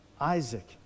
Isaac